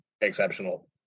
exceptional